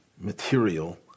material